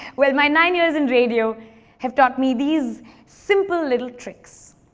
well, my nine years in radio have taught me these simple little tricks.